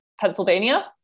Pennsylvania